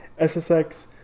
ssx